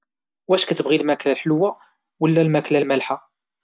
واش كتبغي الماكلة الحلوة ولا الماكله الحارة؟